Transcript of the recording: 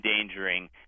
endangering